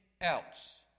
else